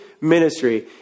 ministry